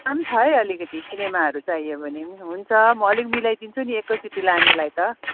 छ हौ अलिकति किनेमाहरू चाहियो भने पनि हुन्छ म अलिक मिलाइदिन्छु नि एकैचोटि लानेलाई त